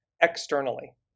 externally